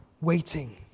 waiting